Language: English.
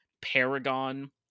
Paragon